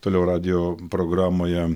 toliau radijo programoje